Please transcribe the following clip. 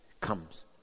comes